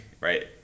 right